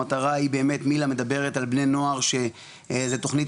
המטרה היא באמת מיל"ה מדברת על בני נוער שזה תוכנית